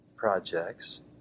Projects